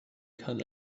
kann